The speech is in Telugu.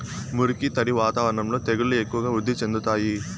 మురికి, తడి వాతావరణంలో తెగుళ్లు ఎక్కువగా వృద్ధి చెందుతాయి